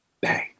bang